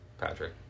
Patrick